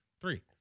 Three